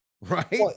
right